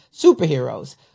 superheroes